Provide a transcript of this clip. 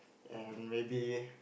and maybe